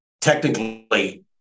technically